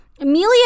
Amelia